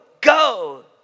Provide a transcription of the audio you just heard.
go